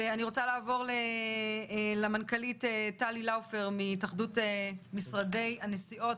ואני רוצה לעבור למנכ"לית טלי לאופר מהתאחדות משרדי הנסיעות,